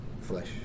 flesh